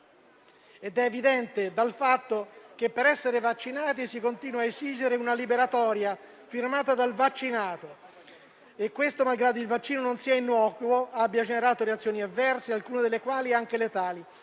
reso evidente dal fatto che, per essere vaccinati, si continua a esigere una liberatoria firmata dal vaccinato. Ciò avviene malgrado il vaccino non sia innocuo, abbia generato reazioni avverse, alcune delle quali anche letali.